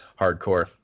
hardcore